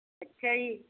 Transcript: ਅੱਛਾ ਜੀ